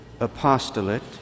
apostolate